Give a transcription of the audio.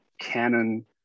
Canon